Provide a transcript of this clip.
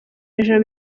ijoro